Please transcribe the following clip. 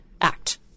act